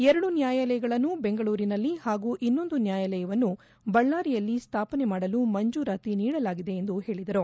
ಎರಡು ನ್ನಾಯಾಲಯಗಳನ್ನು ಬೆಂಗಳೂರಿನಲ್ಲಿ ಹಾಗೂ ಇನ್ನೊಂದು ನ್ನಾಯಾಲಯವನ್ನು ಬಳ್ದಾರಿಯಲ್ಲಿ ಸ್ಥಾಪನೆ ಮಾಡಲು ಮಂಜೂರಾತಿ ನೀಡಲಾಗಿದ ಎಂದು ಹೇಳಿದರು